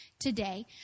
today